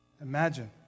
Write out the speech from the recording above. Imagine